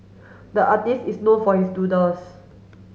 the artist is known for his doodles